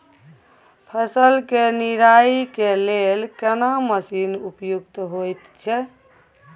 फसल के निराई के लेल केना मसीन उपयुक्त होयत छै?